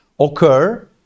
Occur